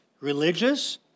religious